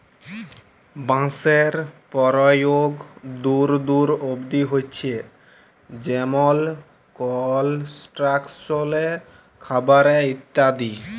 বাঁশের পরয়োগ দূর দূর অব্দি হছে যেমল কলস্ট্রাকশলে, খাবারে ইত্যাদি